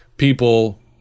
People